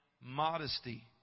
modesty